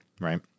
right